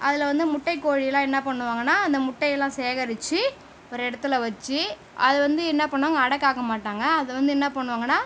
அதுல வந்து முட்டை கோழிலாம் என்ன பண்ணுவாங்கன்னா அந்த முட்டை எல்லாம் சேகரிச்சு ஒரு இடத்துல வச்சு அதை வந்து என்ன பண்ணுவாங்க அடை காக்க மாட்டாங்க அதை வந்து என்ன பண்ணுவாங்கன்னா